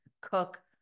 cook